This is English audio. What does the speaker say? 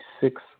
six